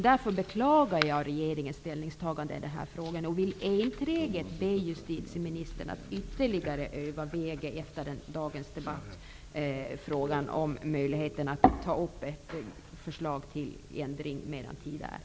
Därför beklagar jag regeringens ställningstagande i den här frågan och ber enträget justitieministern, att efter dagens debatt ytterligare överväga möjligheterna att lägga fram ett förslag till ändring medan tid är.